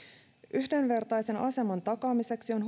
yhdenvertaisen aseman takaamiseksi on